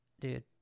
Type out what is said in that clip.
dude